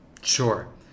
Sure